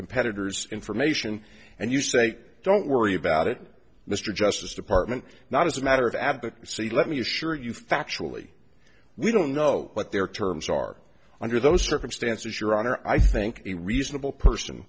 competitors information and you say don't worry about it mr justice department not as a matter of advocacy let me assure you factually we don't know what their terms are under those circumstances your honor i think a reasonable person